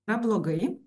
na blogai